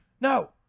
no